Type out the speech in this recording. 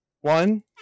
one